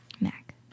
Mac